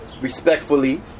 respectfully